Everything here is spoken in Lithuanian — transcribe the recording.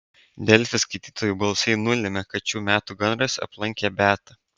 delfi skaitytojų balsai nulėmė kad šių metų gandras aplankė beatą